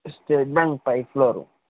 state Bank పై floor